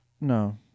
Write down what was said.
No